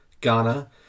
ghana